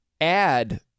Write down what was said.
add